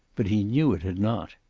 but he knew it had not.